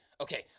okay